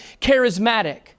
charismatic